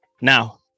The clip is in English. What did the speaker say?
now